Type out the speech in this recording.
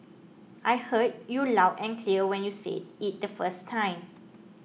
I heard you loud and clear when you said it the first time